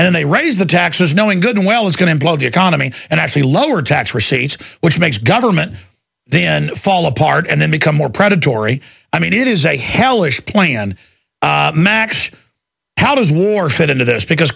and they raise the taxes knowing goodwell is going to blow the economy and actually lower tax receipts which makes government then fall apart and then become more predatory i mean it is a hellish plan max how does war fit into this because